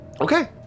Okay